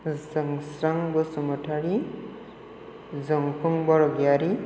फोजोंस्रां बसुमतारी जोंफुं बरग'यारि